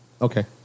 Okay